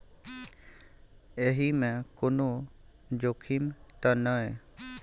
एहि मे कोनो जोखिम त नय?